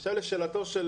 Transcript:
באשר לשאלתו של